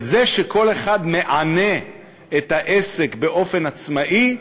אבל זה שכל אחד מענה את העסק באופן עצמאי,